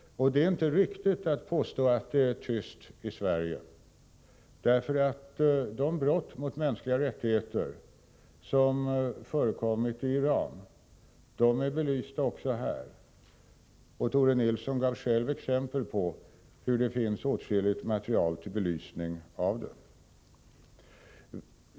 Det är inte riktigt att påstå att det är tyst i Sverige. De brott mot mänskliga rättigheter som förekommit i Iran har belysts också här. Tore Nilsson gav själv exempel på att det finns åtskilligt material till belysning av dem.